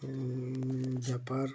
व्यापार